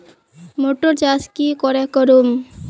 Motor चास की करे करूम?